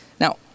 Now